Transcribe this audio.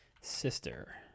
Sister